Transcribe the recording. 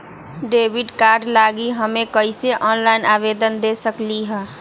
Debit card लागी हम कईसे ऑनलाइन आवेदन दे सकलि ह?